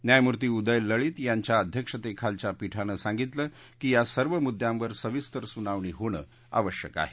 न्यायमूर्ती उदय लळित यांच्या अध्यक्षतेखालच्या पीठानं सांगितलं की या सर्व मुद्यांवर सविस्तर सुनावणी होणं आवश्यक आहे